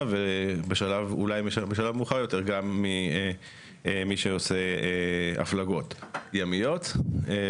uבשלב מאוחר יותר גם ממי שעושה הפלגות ימיות.